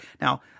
Now